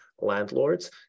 landlords